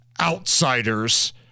outsiders